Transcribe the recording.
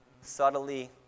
subtly